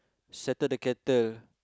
settle the kettle